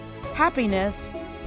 happiness